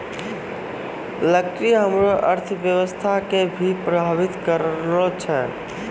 लकड़ी हमरो अर्थव्यवस्था कें भी प्रभावित करै छै